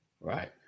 Right